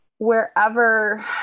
wherever